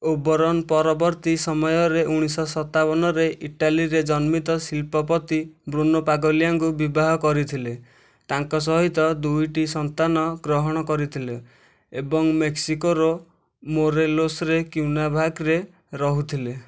ଓବରନ୍ ପରବର୍ତ୍ତୀ ସମୟରେ ଉଣେଇଶହ ପଞ୍ଚସ୍ତରୀରେ ଇଟାଲୀରେ ଜନ୍ମିତ ଶିଳ୍ପପତି ବ୍ରୁନୋ ପାଗଲିଆଙ୍କୁ ବିବାହ କରିଥିଲେ ତାଙ୍କ ସହିତ ଦୁଇଟି ସନ୍ତାନ ଗ୍ରହଣ କରିଥିଲେ ଏବଂ ମେକ୍ସିକୋର ମୋରେଲୋସର କ୍ୟୁର୍ନାଭାକାରେ ରହୁଥିଲେ